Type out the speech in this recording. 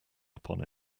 upon